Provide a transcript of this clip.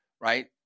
right